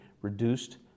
reduced